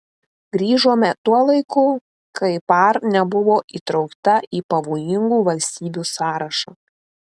grįžome tuo laiku kai par nebuvo įtraukta į pavojingų valstybių sąrašą